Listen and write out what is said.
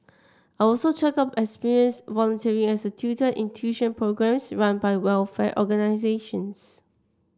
I also chalked up experience volunteering as a tutor in tuition programmes run by welfare organisations